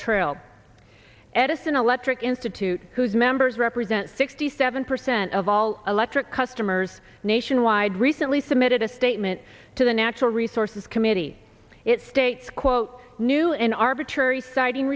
trail edison electric institute whose members represent sixty seven percent of all electric customers nationwide recently submitted a statement to the natural resources committee it states quote new an arbitrary citing